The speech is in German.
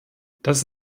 das